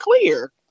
clear